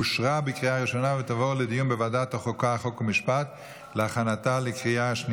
לוועדת החוקה, חוק ומשפט נתקבלה.